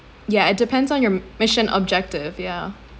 ya it depends on your mission objective yeah